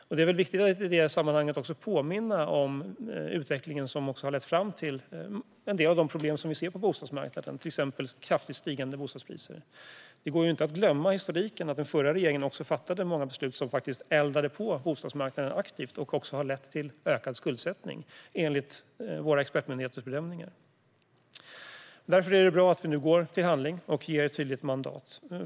Det är viktigt att i detta sammanhang påminna om den utveckling som har lett fram till en del av de problem som vi ser på bostadsmarknaden, till exempel kraftigt stigande bostadspriser. Det går inte att glömma historiken. Den förra regeringen fattade många beslut som eldade på bostadsmarknaden aktivt och också ledde till ökad skuldsättning, enligt våra expertmyndigheters bedömningar. Därför är det bra att vi nu går till handling och ger ett tydligt mandat.